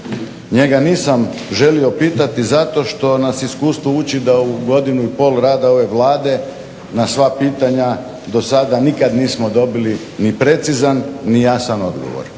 njega nisam želio pitati zato što nas iskustvo uči da u godinu i pol rada ove Vlade na sva pitanja dosada nikad nismo dobili ni precizan ni jasan odgovor.